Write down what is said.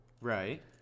Right